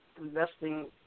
investing